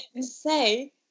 say